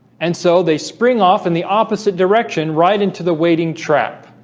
and so they spring off in the opposite direction right into the waiting trap